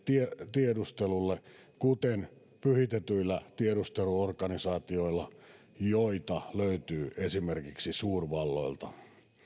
tiedustelulle kuten pyhitetyillä tiedusteluorganisaatioilla joita löytyy esimerkiksi suurvalloilta